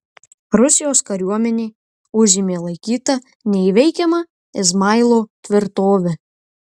rusijos kariuomenė užėmė laikytą neįveikiama izmailo tvirtovę